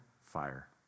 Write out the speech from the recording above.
fire